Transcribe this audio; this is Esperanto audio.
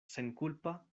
senkulpa